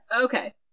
Okay